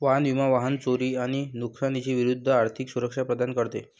वाहन विमा वाहन चोरी आणि नुकसानी विरूद्ध आर्थिक सुरक्षा प्रदान करते